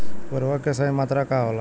उर्वरक के सही मात्रा का होला?